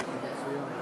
לחוק-יסוד: